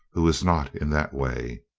who is not in that way.